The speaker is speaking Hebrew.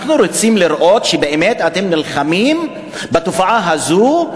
אנחנו רוצים לראות שבאמת אתם נלחמים בתופעה הזאת,